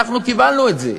אנחנו קיבלנו את זה.